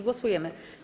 Głosujemy.